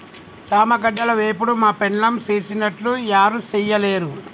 చామగడ్డల వేపుడు మా పెండ్లాం సేసినట్లు యారు సెయ్యలేరు